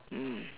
mm